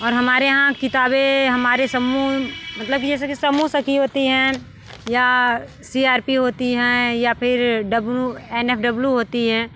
और हमारे यहाँ किताबें हमारे समूह मतलब कि जैसे कि समूह सखी होती हैं या सी आर पी होती हैं या फिर डब्ल्यू एन एफ डब्ल्यू होती हैं